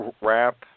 wrap